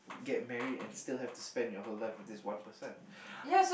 get married and still have to spend your whole life with this one person